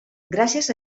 gràcies